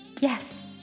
Yes